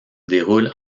déroule